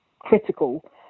critical